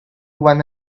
one